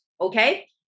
okay